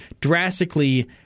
drastically